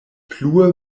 plue